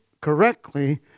correctly